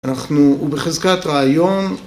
אנחנו בחזקת רעיון